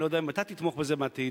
אני לא יודע אם אתה תתמוך בזה בעתיד,